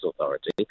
authority